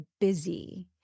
busy